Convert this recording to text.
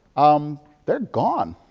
um they're gone.